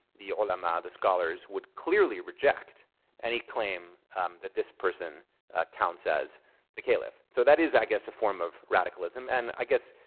the ulama, um ah the scholars, would clearly reject any claim that this person counts as the caliph. so that is, i guess, a form of radicalism. and i guess,